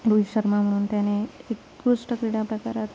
रोहित शर्मा म्हणून त्याने उत्कृष्ट क्रीडा प्रकारात